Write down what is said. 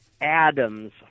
Adam's